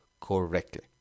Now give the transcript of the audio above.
correctly